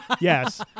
yes